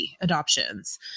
adoptions